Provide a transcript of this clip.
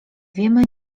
wiemy